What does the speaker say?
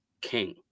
King